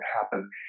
happen